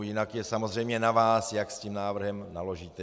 Jinak je samozřejmě na vás, jak s tím návrhem naložíte.